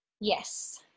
Yes